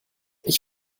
ich